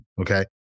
okay